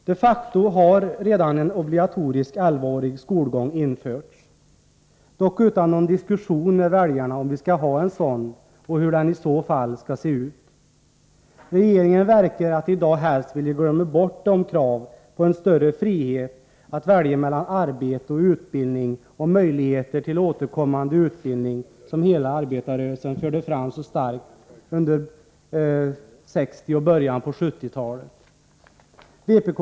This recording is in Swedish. De facto har redan en obligatorisk elvaårig skolgång införts — dock utan någon diskussion med väljarna om huruvida vi skall ha en sådan och om hur den så fall skall se ut. Regeringen verkar att i dag helst vilja glömma de krav på större frihet att välja mellan arbete och utbildning och på möjligheter till återkommande utbildning som hela arbetarrörelsen förde fram så starkt under 1960 och början på 1970-talet.